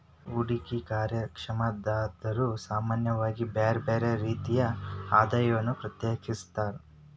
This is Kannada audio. ಹೂಡ್ಕಿ ಕಾರ್ಯಕ್ಷಮತಾದಾರ್ರು ಸಾಮಾನ್ಯವಾಗಿ ಬ್ಯರ್ ಬ್ಯಾರೆ ರೇತಿಯ ಆದಾಯವನ್ನ ಪ್ರತ್ಯೇಕಿಸ್ತಾರ್